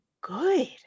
good